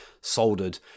soldered